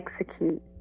execute